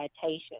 citation